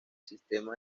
sistema